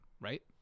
right